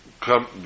come